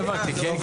קליטה פה.